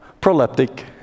proleptic